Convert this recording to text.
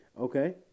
Okay